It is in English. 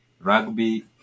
rugby